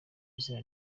izina